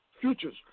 futures